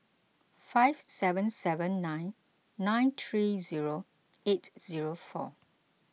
five seven seven nine nine three zero eight zero four